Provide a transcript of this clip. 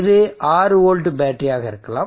இது 6 வோல்ட் பேட்டரியாக இருக்கலாம்